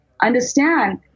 Understand